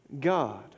God